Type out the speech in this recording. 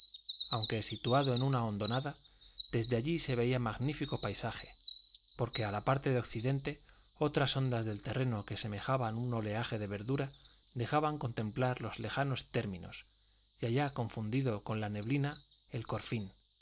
aunque situado en una hondonada desde allí se veía magnífico paisaje porque a la parte de occidente otras ondas del terreno que semejaban un oleaje de verdura dejaban contemplar los lejanos términos y allá confundido con la neblina el